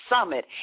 summit